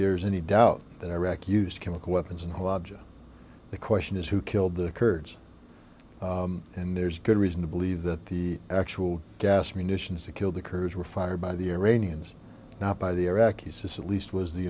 there's any doubt that iraqi used chemical weapons and who object the question is who killed the kurds and there's good reason to believe that the actual gas munitions that killed the kurds were fired by the iranians not by the iraqis says that least was the